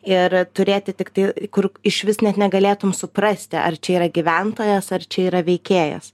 ir turėti tiktai kur išvis net negalėtum suprasti ar čia yra gyventojas ar čia yra veikėjas